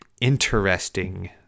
interesting